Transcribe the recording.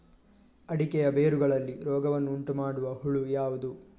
ಅಡಿಕೆಯ ಬೇರುಗಳಲ್ಲಿ ರೋಗವನ್ನು ಉಂಟುಮಾಡುವ ಹುಳು ಯಾವುದು?